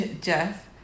Jeff